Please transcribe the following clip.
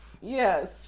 Yes